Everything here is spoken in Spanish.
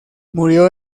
murió